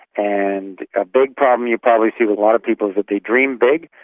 and a big problem you probably see with a lot of people is that they dream big,